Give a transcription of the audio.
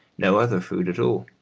no other food at all.